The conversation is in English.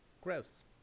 Gross